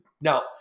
now